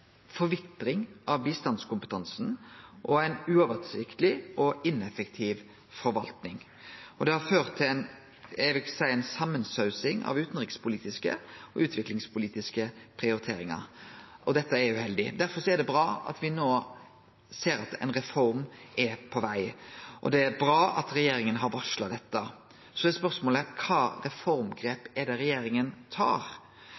forvitring av bistandskompetansen og ei uoversiktleg og ineffektiv forvalting. Det har òg ført til – vil eg seie – ei samansausing av utanrikspolitiske og utviklingspolitiske prioriteringar. Dette er uheldig. Derfor er det bra at me no ser at ei reform er på veg. Det er bra at regjeringa har varsla dette. Så er spørsmålet: Kva reformgrep er det regjeringa tar?